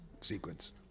sequence